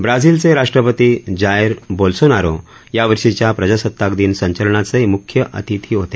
ब्राझिलचे राष्ट्रपती Jair Bolsonaro यावर्षीच्या प्रजासत्ताक दिन संचलनाचे मुख्य अतिथी होते